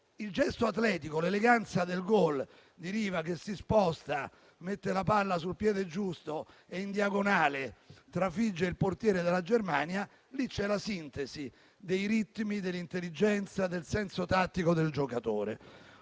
nel gesto atletico e nell'eleganza che si sposta, mette la palla sul piede giusto e, in diagonale, trafigge il portiere della Germania, c'è la sintesi dei ritmi dell'intelligenza e del senso tattico del giocatore.